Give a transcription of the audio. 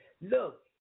Look